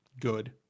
good